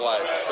Life